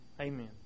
Amen